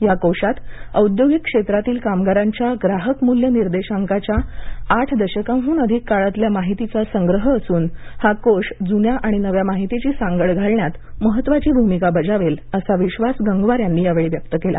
या कोशात औद्योगिक क्षेत्रातील कामगारांच्या ग्राहक मूल्य निर्देशांकाच्या आठ दशकांहन अधिक काळातल्या माहितीचा संग्रह असून हा कोश जून्या आणि नव्या माहितीची सांगड घालण्यात महत्वाची भूमिका बजावेल असा विश्वास गंगवार यांनी यावेळी व्यक्त केला